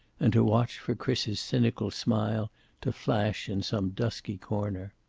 and to watch for chris's cynical smile to flash in some dusky corner.